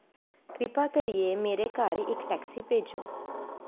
किरपा करियै मेरे घर इक टैक्सी भेजो